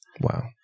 wow